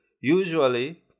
usually